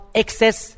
excess